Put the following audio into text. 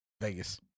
Vegas